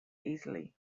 easily